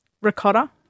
Ricotta